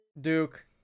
Duke